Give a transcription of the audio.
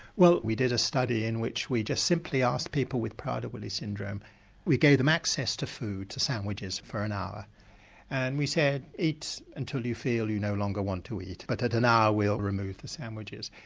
well we did a study in which we just simply asked people with prader-willi syndrome we gave them access to food, to sandwiches for an hour and we said eat until you feel you no longer want to eat, but at an hour we will remove the sandwiches.